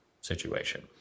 situation